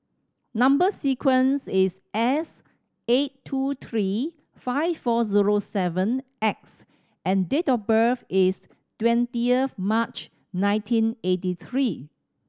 number sequence is S eight two three five four zero seven X and date of birth is twentieth of March nineteen eighty three